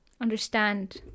understand